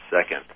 second